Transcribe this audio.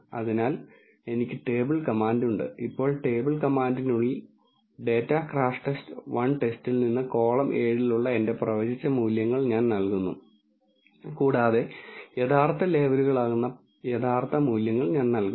അതിനാൽ എനിക്ക് table command ഉണ്ട് ഇപ്പോൾ ടേബിൾ കമാൻഡിനുള്ളിൽ ഡാറ്റാ ക്രാഷ്ടെസ്റ്റ് 1 ടെസ്റ്റിൽ നിന്ന് കോളം 7 ലുള്ള എന്റെ പ്രവചിച്ച മൂല്യങ്ങൾ ഞാൻ നൽകുന്നു കൂടാതെ യഥാർത്ഥ ലേബലുകളാകുന്ന യഥാർത്ഥ മൂല്യങ്ങൾ ഞാൻ നൽകുന്നു